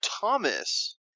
Thomas